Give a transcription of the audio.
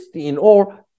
or-